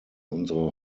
unsere